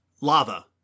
lava